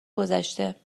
گذشته